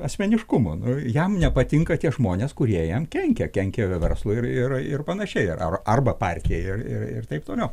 asmeniškumo jam nepatinka tie žmonės kurie jam kenkia kenkia jo verslui ir ir panašiai ar arba partijai ir ir taip toliau